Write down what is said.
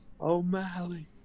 O'Malley